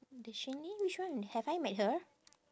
the xin lin which one have I met her